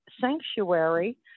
sanctuary